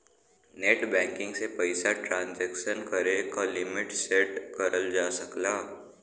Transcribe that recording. net banking से पइसा transaction करे क लिमिट सेट करल जा सकला